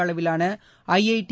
அளவிலான ஐஐடி